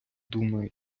думає